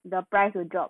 the price will drop